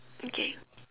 okay